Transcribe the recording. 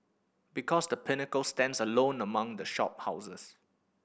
because The Pinnacle stands alone among the shop houses